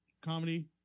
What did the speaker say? comedy